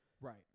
Right